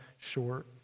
short